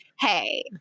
Hey